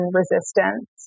resistance